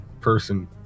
person